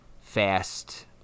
fast